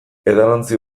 edalontzi